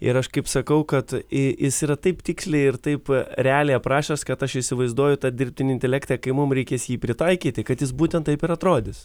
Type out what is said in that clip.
ir aš kaip sakau kad jis yra taip tiksliai ir taip realiai aprašęs kad aš įsivaizduoju tą dirbtinį intelektą kai mum reikės jį pritaikyti kad jis būtent taip ir atrodys